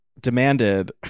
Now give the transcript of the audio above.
demanded